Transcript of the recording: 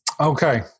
Okay